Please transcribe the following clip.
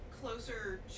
closer